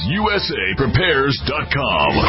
usaprepares.com